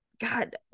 god